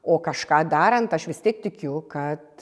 o kažką darant aš vis tiek tikiu kad